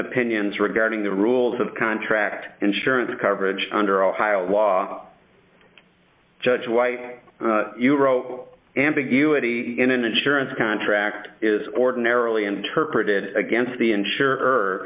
opinions regarding the rules of contract insurance coverage under ohio law judge why you wrote ambiguity in an insurance contract is ordinarily interpreted against the